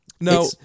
no